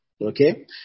okay